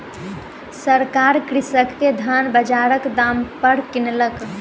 सरकार कृषक के धान बजारक दाम पर किनलक